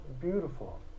beautiful